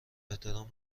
احترام